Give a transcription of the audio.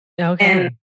Okay